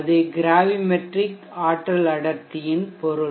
அது கிராவிமெட்ரிக் ஆற்றல் அடர்த்தியின் பொருள்